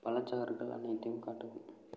பழச்சாறுகள் அனைத்தையும் காட்டவும்